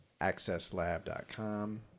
accesslab.com